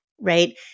right